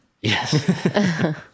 Yes